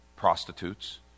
Prostitutes